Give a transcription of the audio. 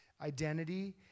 identity